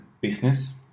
business